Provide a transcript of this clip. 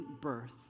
birth